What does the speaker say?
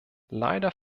leider